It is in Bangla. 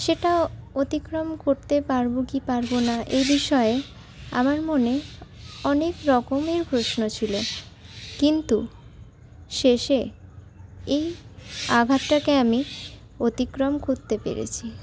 সেটা অতিক্রম করতে পারবো কি পারবো না এই বিষয়ে আমার মনে অনেক রকমের প্রশ্ন ছিল কিন্তু শেষে এই আঘাতটাকে আমি অতিক্রম করতে পেরেছি